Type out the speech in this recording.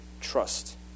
trust